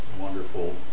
wonderful